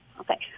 Okay